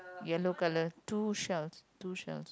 yellow colour two shells two shells